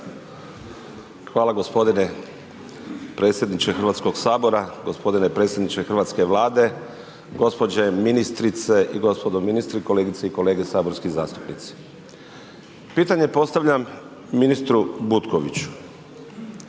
Hvala gospodine predsjedniče, Hrvatskog sabora. Gospodine predsjedniče hrvatske Vlade, gospođo ministrice i gospodo ministri, kolegice i kolege saborski zastupnici. Pitanje postavljam ministru Butkoviću,